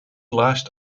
last